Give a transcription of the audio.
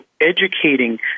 educating